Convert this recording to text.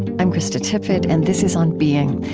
i'm krista tippett and this is on being.